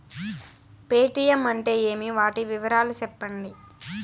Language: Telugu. పేటీయం అంటే ఏమి, వాటి వివరాలు సెప్పండి?